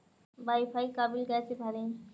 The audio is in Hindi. वाई फाई का बिल कैसे भरें?